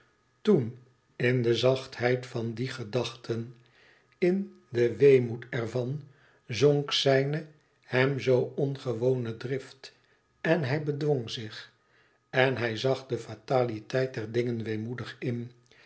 toen in de zachtheid van die gedachten in den weemoed ervan zonk zijne hem zoo ongewone drift en hij bedwong zich en hij zag de fataliteit der dingen weemoedig in